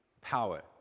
power